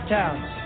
towns